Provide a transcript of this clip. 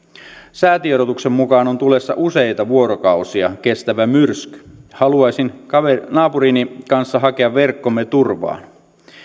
säätiedotuksen mukaan on tulossa useita vuorokausia kestävä myrsky haluaisin naapurini kanssa hakea verkkomme turvaan